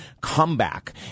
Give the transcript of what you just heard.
comeback